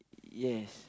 yes